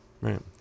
Right